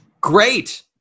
Great